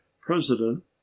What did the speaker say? president